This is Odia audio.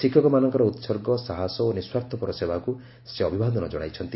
ଶିକ୍ଷକମାନଙ୍କର ଉତ୍ସର୍ଗ ସାହସ ଓ ନିଃସ୍ୱାର୍ଥପର ସେବାକୁ ସେ ଅଭିବାଦନ ଜଣାଇଛନ୍ତି